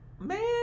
man